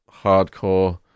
hardcore